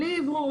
בלי אוורור,